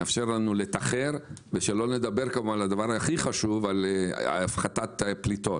מאפשר לנו לתחר והדבר הכי חשוב זה הפחתת הפליטות.